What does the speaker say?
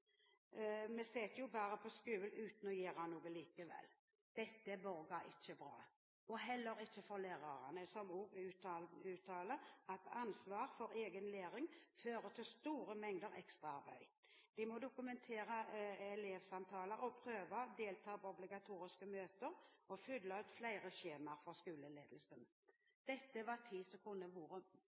vi sitter jo bare på skolen uten å gjøre noe likevel. Dette lover ikke bra, heller ikke for lærerne, som uttaler at ansvar for egen læring fører til store mengder ekstra arbeid. De må dokumentere elevsamtaler og prøver, delta på obligatoriske møter og fylle ut flere skjemaer for skoleledelsen. Dette er tid som kunne vært